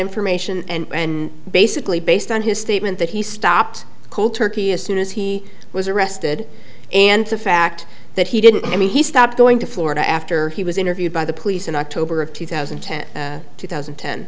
information and basically based on his statement that he stopped cold turkey as soon as he was arrested and the fact that he didn't i mean he stopped going to florida after he was interviewed by the police in october of two thousand and ten two thousand